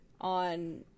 on